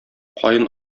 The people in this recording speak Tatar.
каен